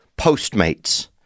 Postmates